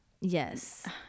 Yes